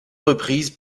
reprises